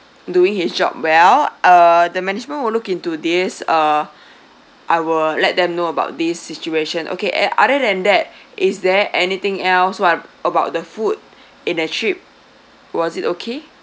doing his job well uh the management will look into this uh I will let them know about this situation okay uh other than that is there anything else what about the food in that trip was it okay